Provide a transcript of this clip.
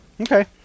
Okay